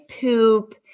poop